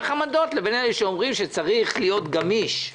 עמדות לבין אלה שאומרים שצריך להיות גמישים